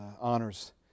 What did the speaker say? honors